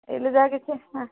ଏଇଲେ ଯାହା କିଛି